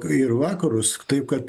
ir vakarus taip kad